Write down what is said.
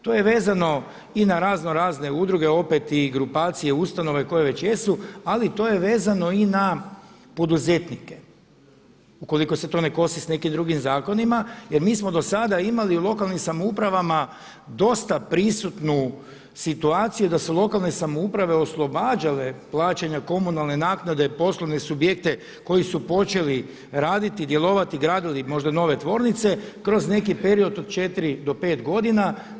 To je vezano i na raznorazne udruge opet i grupacije, ustanove koje već jesu, ali to je vezano i na poduzetnike ukoliko se to ne kosi s nekim drugim zakonima jer mi smo do sada imali u lokalnim samoupravama dosta prisutnu situaciju da su lokalne samouprave oslobađale plaćanja komunalne naknade poslovene subjekte koji su počeli raditi djelovati gradili možda nove tvornice kroz neki period od četiri do pet godina.